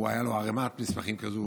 הייתה לו ערימת מסמכים כזאת,